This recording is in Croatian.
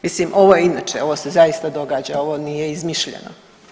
Mislim ovo je inače, ovo se zaista događa, ovo nije izmišljeno.